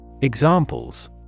Examples